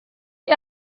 jag